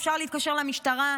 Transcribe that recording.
אפשר להתקשר למשטרה,